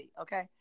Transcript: okay